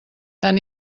tan